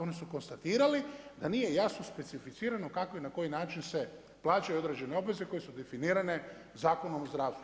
Oni su konstatirali da nije jasno specificirano kako i na koji način se plaćaju određene obveze koje su definirane Zakonom o zdravstvu.